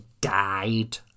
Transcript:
died